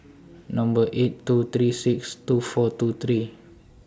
Number eight two three six two four two three